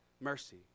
mercy